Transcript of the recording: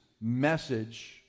message